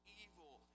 evil